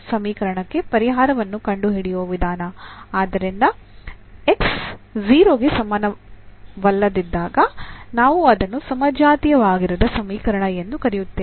ಆದ್ದರಿಂದ X 0ಗೆ ಸಮಾನವಲ್ಲದಿದ್ದಾಗ ನಾವು ಅದನ್ನು ಸಮಜಾತೀಯವಾಗಿರದ ಸಮೀಕರಣ ಎಂದು ಕರೆಯುತ್ತೇವೆ